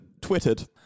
tweeted